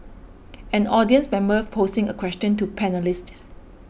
an audience member posing a question to panellists